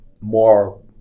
more